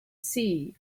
sea